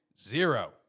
Zero